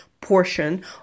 portion